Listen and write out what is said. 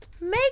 make